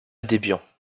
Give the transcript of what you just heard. debian